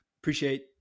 appreciate